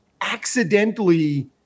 accidentally